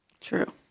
True